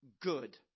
good